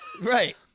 Right